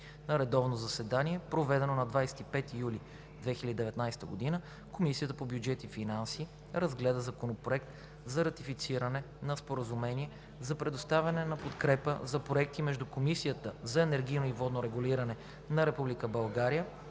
На редовно заседание, проведено на 25 юли 2019 г., Комисията по бюджет и финанси разгледа Законопроект за ратифициране на Споразумение за предоставяне на подкрепа за проекти между Комисията за енергийно и водно регулиране на